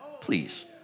please